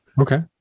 Okay